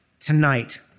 tonight